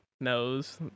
knows